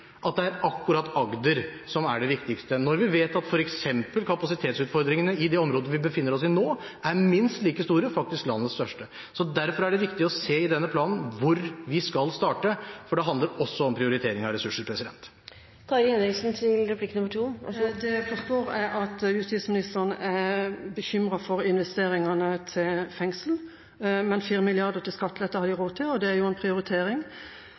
at det er akkurat Agder som er det viktigste, når vi vet at f.eks. kapasitetsutfordringene i det området vi befinner oss i nå, er minst like store, faktisk landets største. Derfor er det viktig å se i denne planen hvor vi skal starte, for det handler også om prioritering av ressurser. Det jeg forstår, er at justisministeren er bekymret for investeringene til fengsel, men 4 mrd. kr til skattelette har man råd til, og det er jo en prioritering.